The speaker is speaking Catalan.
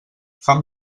fan